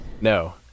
No